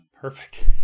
Perfect